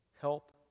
help